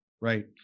Right